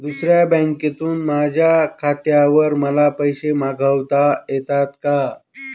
दुसऱ्या बँकेतून माझ्या खात्यावर मला पैसे मागविता येतात का?